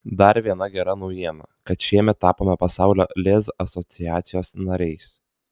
dar viena gera naujiena kad šiemet tapome pasaulio lez asociacijos nariais